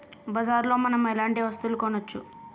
బజార్ లో మనం ఎలాంటి వస్తువులు కొనచ్చు?